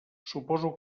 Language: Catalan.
suposo